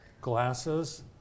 Glasses